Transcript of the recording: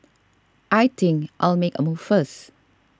I think I'll make a move first